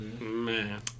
Man